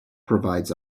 provides